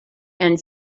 and